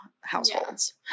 households